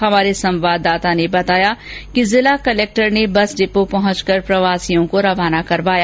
हमारे संवादाता ने बताया कि जिला कलेक्टर अविचल चतुर्वेदी ने बस डिपो पहुंचकर प्रवासियों को रवाना करवाया